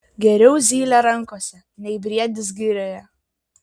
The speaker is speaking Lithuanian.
geriau zylė rankose nei briedis girioje